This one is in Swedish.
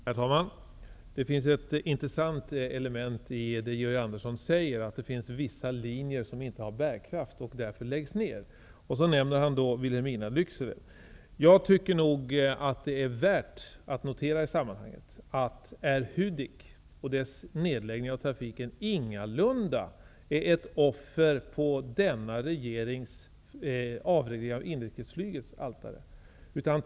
Herr talman! Det finns ett intressant element i det Georg Andersson säger, nämligen att det finns vissa linjer som inte är bärkraftiga, och som därför läggs ned. Han nämner därefter linjen Vilhelmina-- Jag tycker att det i sammanhanget är värt att notera att Air-Hudiks nedläggning av trafiken ingalunda är ett offer på denna regerings altare när det gäller avreglering av inrikesflyget.